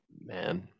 Man